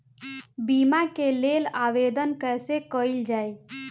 बीमा के लेल आवेदन कैसे कयील जाइ?